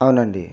అవునండి